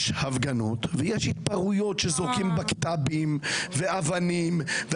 הפגנות ויש התפרעויות שזורקים בקת"בים ואבנים,